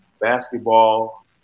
basketball